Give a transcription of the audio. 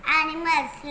animals